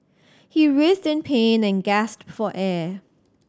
he writhed in pain and gasped for air